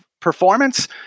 performance